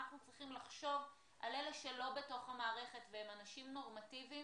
אנחנו צריכים לחשוב על אלה שלא בתוך המערכת והם אנשים נורמטיביים